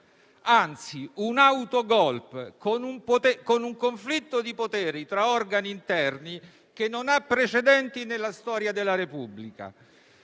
anzi un auto *golpe*, con un conflitto di poteri tra organi interni che non ha precedenti nella storia della Repubblica.